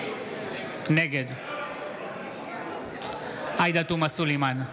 נגד עאידה תומא סלימאן,